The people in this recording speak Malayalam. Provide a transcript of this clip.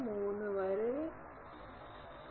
03 വരെ 0